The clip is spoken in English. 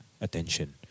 Attention